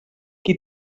qui